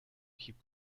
keep